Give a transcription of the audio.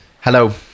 Hello